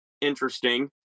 interesting